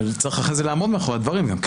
אבל צריך אחרי זה לעמוד מאחורי הדברים גם,